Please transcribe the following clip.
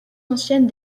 ancienne